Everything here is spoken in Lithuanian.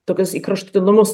tokius į kraštutinumus